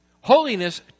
holiness